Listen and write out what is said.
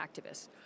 activists